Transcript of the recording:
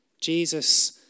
Jesus